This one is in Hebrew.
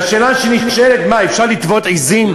והשאלה שנשאלת: מה, אפשר לטוות עזים?